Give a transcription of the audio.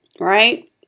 right